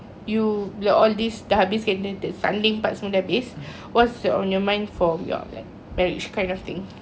you bila all this dah habis kan and the sanding part semua dah habis what's on your mind from your like marriage kind of thing